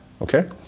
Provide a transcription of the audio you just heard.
okay